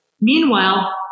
Meanwhile